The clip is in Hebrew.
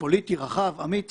פוליטי רחב ואמיץ